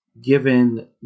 given